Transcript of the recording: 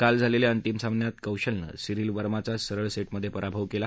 काल झालेल्या अंतिम सामन्यात कौशलनं सिरील वर्माचा सरळ सेटमध्ये पराभव केला